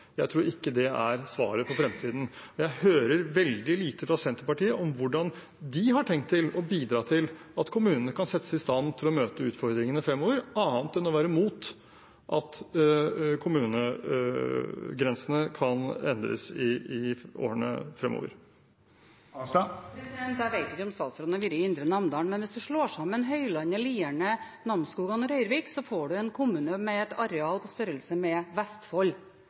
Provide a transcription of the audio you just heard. Jeg tror ikke det er svaret for fremtiden. Jeg hører veldig lite fra Senterpartiet om hvordan de har tenkt å bidra til at kommunene kan settes i stand til å møte utfordringene fremover, annet enn å være mot at kommunegrensene kan endres i årene fremover. Jeg vet ikke om statsråden har vært i Indre Namdal, men hvis man slår sammen Høylandet, Lierne, Namsskogan og Røyrvik, får man en kommune med et areal på størrelse med Vestfold.